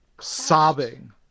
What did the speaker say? sobbing